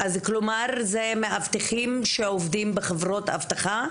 אז כלומר זה מאבטחים שעובדים בחברות אבטחה?